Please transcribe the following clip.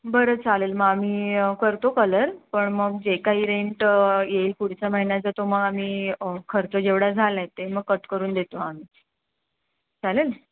बरं चालेल मग आम्ही करतो कलर पण मग जे काही रेंट येईल पुढच्या महिन्याचा तो मग आम्ही खर्च जेवढा झाला आहे ते मग कट करून देतो आम्ही चालेल